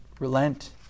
Relent